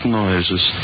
noises